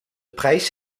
prijs